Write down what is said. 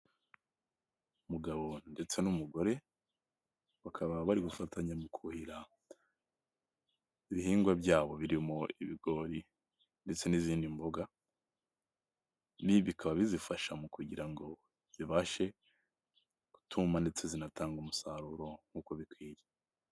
Umugabo ndetse n'umugore, bakaba bari gufatanya mu kuhira ibihingwa byabo birimo ibigori ndetse n'izindi mboga, bikaba bizifasha mu kugira ngo zibashe kutuma ndetse zinatanga umusaruro nk'uko bikwiye.